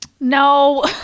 No